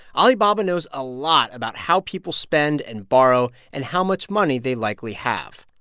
alibaba knows a lot about how people spend and borrow and how much money they likely have.